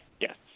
Yes